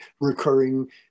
recurring